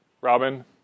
Robin